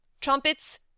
Trumpets